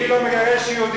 יהודי לא מגרש יהודים.